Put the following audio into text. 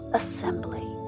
assembly